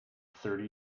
thirty